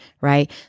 Right